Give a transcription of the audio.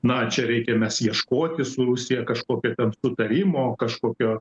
na čia reikia mes ieškoti su rusija kažkokio ten sutarimo kažkokio